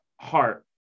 heart